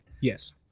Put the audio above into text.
Yes